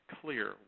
clear